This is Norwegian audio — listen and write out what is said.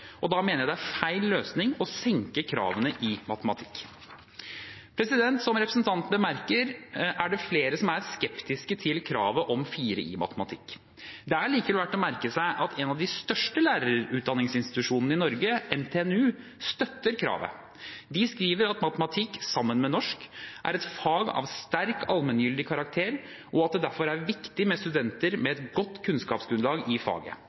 Da mener jeg det er feil løsning å senke kravene i matematikk. Som representanten bemerker, er det flere som er skeptiske til kravet om 4 i matematikk. Det er likevel verdt å merke seg at en av de største lærerutdanningsinstitusjonene i Norge, NTNU, støtter kravet. De skriver at matematikk, sammen med norsk, er et fag av sterk allmenngyldig karakter, og at det derfor er viktig med studenter med et godt kunnskapsgrunnlag i faget.